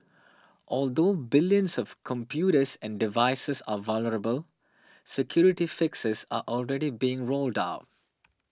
although billions of computers and devices are vulnerable security fixes are already being rolled out